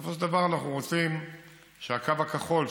בסופו של דבר אנחנו רוצים שהקו הכחול,